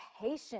patient